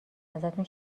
ازتون